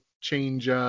change